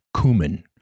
cumin